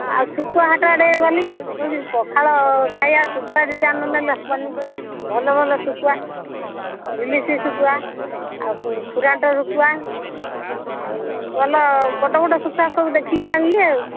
ହଁ ଆଉ ଶୁଖୁଆ ହାଟ ଆଡ଼େ ଗଲି ପଖାଳ ଖାଇବା ଶୁଖୁଆ ଦି'ଟା ନ ନେଲେ ହେବନି ଭଲ ଭଲ ଶୁଖୁଆ ଇଲିଶି ଶୁଖୁଆ ଆଉ ଖୁରାଣ୍ଟ ଶୁଖୁଆ ଆଉ ଭଲ ବଡ଼ ବଡ଼ ଶୁଖୁଆ ସବୁ ଦେଖିକି ଆଣିଲି ଆଉ